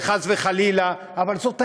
וחס וחלילה, אבל זאת האמת.